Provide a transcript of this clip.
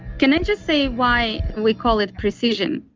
can i just say why we call it precision,